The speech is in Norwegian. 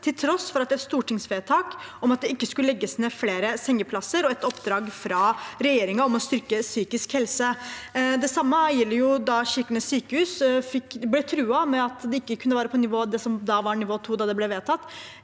om at det ikke skulle legges ned flere sengeplasser og et oppdrag fra regjeringen om å styrke psykisk helse. Det samme gjaldt da Kirkenes sykehus ble truet med at de ikke kunne være på det som da var nivå 2 da det ble vedtatt.